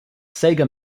sega